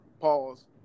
pause